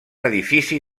edifici